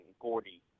Gordy